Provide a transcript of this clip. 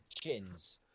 chins